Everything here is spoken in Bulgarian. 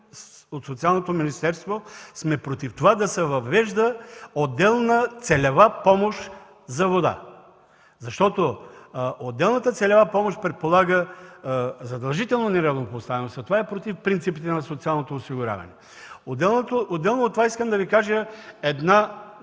от Социалното министерство сме против да се въвежда отделна целева помощ за вода. Защото тя предполага задължителна неравнопоставеност, а това е против принципите на социалното осигуряване. Отделно от това искам да Ви кажа за